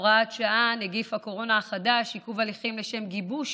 הוראת שעה) (נגיף הקורונה החדש) (עיכוב הליכים לשם גיבוש